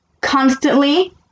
constantly